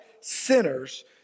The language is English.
Sinners